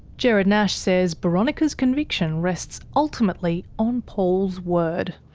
gerard nash says boronika's conviction rests ultimately on paul's word.